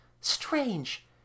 Strange